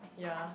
ya